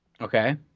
Okay